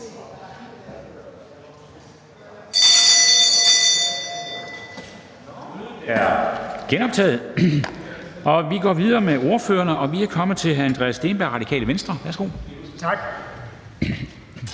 genoptaget. Vi går videre med ordførerne, og vi er kommet til hr. Andreas Steenberg, Radikale Venstre. Værsgo. Kl.